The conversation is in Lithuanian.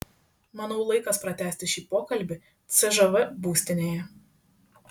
manau laikas pratęsti šį pokalbį cžv būstinėje